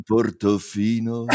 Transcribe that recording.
Portofino